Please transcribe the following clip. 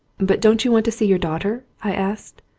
but don't you want to see your daughter? i asked.